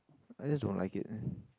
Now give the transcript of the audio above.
I just don't like it